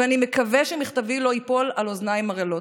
ואני מקווה שמכתבי לא ייפול על אוזניים ערלות.